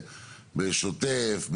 בשוטף,